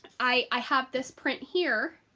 i have this print here